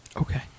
Okay